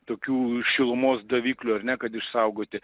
tokių šilumos daviklių ar ne kad išsaugoti